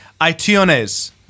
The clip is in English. iTunes